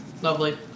Lovely